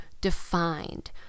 defined